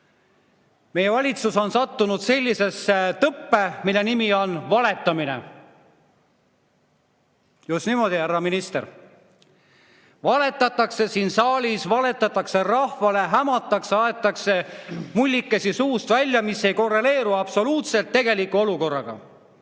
Meie valitsus on jäänud sellisesse tõppe, mille nimi on valetamine. Just niimoodi, härra minister! Valetatakse siin saalis, valetatakse rahvale, hämatakse, aetakse mullikesi suust välja, mis ei korreleeru absoluutselt tegeliku olukorraga.